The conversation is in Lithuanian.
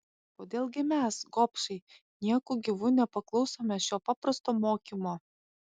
kodėl gi mes gobšai nieku gyvu nepaklausome šio paprasto mokymo